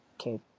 Okay